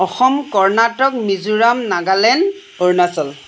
Assam Karnataka Mizoram Nagaland Arunachal